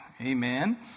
Amen